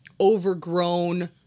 overgrown